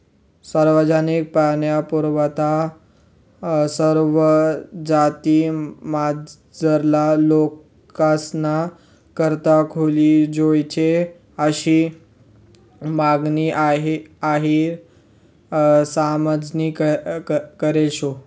सार्वजनिक पाणीपुरवठा सरवा जातीमझारला लोकेसना करता खुली जोयजे आशी मागणी अहिर समाजनी करेल शे